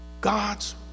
god's